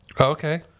Okay